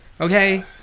okay